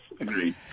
agreed